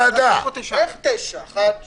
הוועדה מצביעה עליו בתוך